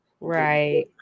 Right